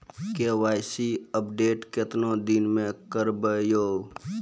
KYC update केतना दिन मे करेबे यो?